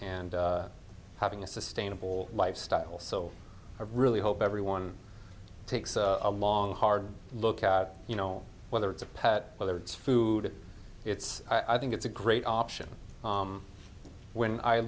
and having a sustainable lifestyle so really hope everyone takes a long hard look out you know whether it's a pet whether it's food it's i think it's a great option when i